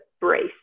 brace